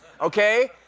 okay